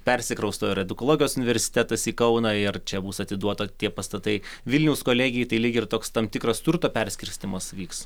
persikrausto ir edukologijos universitetas į kauną ir čia bus atiduota tie pastatai vilniaus kolegijai tai lyg ir toks tam tikras turto perskirstymas vyks